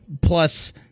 Plus